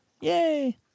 Yay